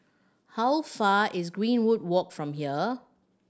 how far is Greenwood Walk from here